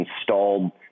installed